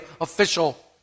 official